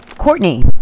Courtney